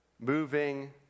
moving